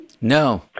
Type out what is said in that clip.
No